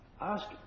Ask